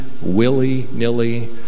willy-nilly